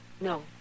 No